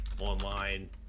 online